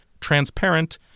Transparent